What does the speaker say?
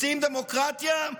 רוצים דמוקרטיה?